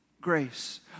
Grace